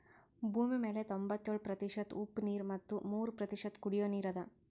ಭೂಮಿಮ್ಯಾಲ್ ತೊಂಬತ್ಯೋಳು ಪ್ರತಿಷತ್ ಉಪ್ಪ್ ನೀರ್ ಮತ್ ಮೂರ್ ಪ್ರತಿಷತ್ ಕುಡಿಯೋ ನೀರ್ ಅದಾ